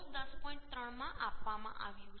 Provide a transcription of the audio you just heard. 3 માં આપવામાં આવ્યું છે